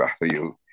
value